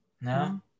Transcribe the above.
no